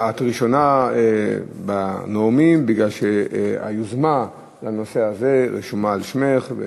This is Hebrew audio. את ראשונה בנואמים כי היוזמה לנושא הזה רשומה על שמך.